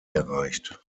erreicht